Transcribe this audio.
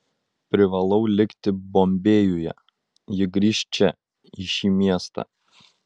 privalau likti bombėjuje ji grįš čia į šį miestą